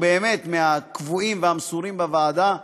יחיא, שהוא מהקבועים והמסורים בוועדה יודע,